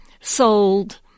sold